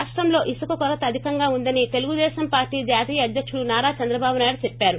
రాష్ట్రంలో ఇసుక కొరత అధికంగా ఉందని తెలుగుదేశం పార్టీ జాతీయ అధ్యకుడు నారా చంద్రబాబునాయుడు చెప్పారు